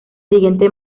siguiente